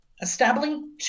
Establishing